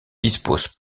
dispose